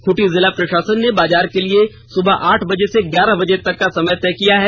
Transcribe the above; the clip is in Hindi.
खूंटी जिला प्रषासन ने बाजार के लिए सुबह आठ बजे से ग्यारह बजे तक का समय तय किया है